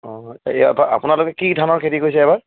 অঁ হয় এই আপোনালোকে কি ধানৰ খেতি কৰিছে এইবাৰ